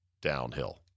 downhill